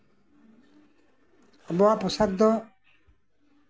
ᱟᱵᱚᱣᱟᱜ ᱯᱳᱥᱟᱠ ᱫᱚ